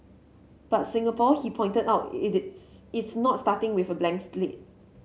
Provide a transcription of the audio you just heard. but Singapore he pointed out it is it's not starting with a blank slate